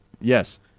Yes